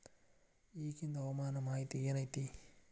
ಇಗಿಂದ್ ಹವಾಮಾನ ಮಾಹಿತಿ ಏನು ಐತಿ?